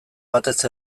batez